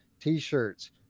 t-shirts